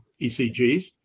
ECGs